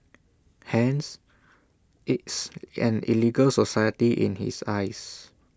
hence it's an illegal society in his eyes